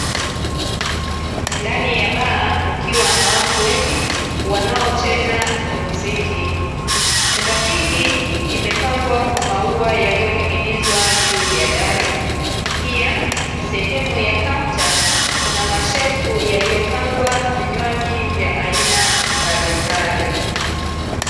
Ndani ya baa kukiwa na watu wengi wanaocheza muziki. Chumba hiki kimepambwa kwa maua yaliyoning'inizwa juu ya dari, pia sehemu ya kaunta kuna mashelfu yaliyopangwa vinywaji vya aina mbalimbali.